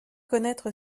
connaître